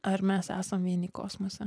ar mes esam vieni kosmose